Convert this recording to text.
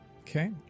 Okay